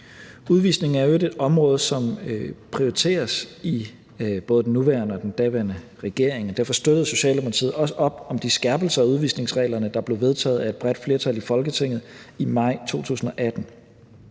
Udvisning er i øvrigt et område, som prioriteres af både den nuværende og den daværende regering, og derfor støttede Socialdemokratiet også op om de skærpelser af udvisningsreglerne, der blev vedtaget af et bredt flertal i Folketinget i maj 2018.